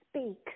speak